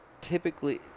typically